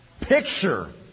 picture